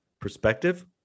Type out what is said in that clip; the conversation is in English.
perspective